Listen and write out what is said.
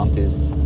this